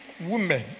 women